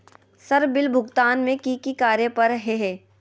Sir bill भुगतान में की की कार्य पर हहै?